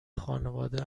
خانواده